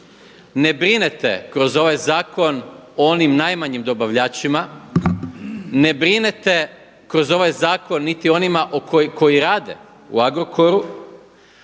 Ne brinete kroz ovaj zakon o onim najmanjim dobavljačima, ne brinete kroz ovaj zakon niti o onima koji rade u Agrokoru.